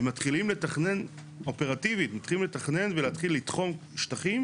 ומתחילים לתכנן אופרטיבית ולהתחיל לתחום שטחים,